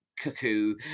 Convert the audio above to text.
cuckoo